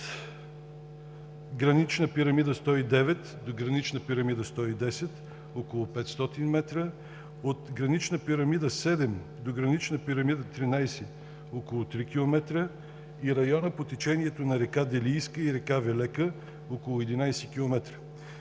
от гранична пирамида 109 до гранична пирамида 110 – около 500 метра, от гранична пирамида 7 до гранична пирамида 13 – около 3 км, и района по течението на река Делийска и река Велека – около 11 км,